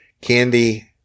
candy